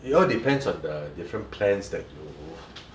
it all depends on the different plans that you